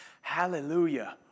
Hallelujah